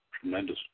tremendous